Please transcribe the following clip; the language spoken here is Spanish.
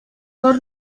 por